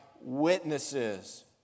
witnesses